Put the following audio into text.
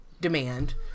demand